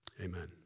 amen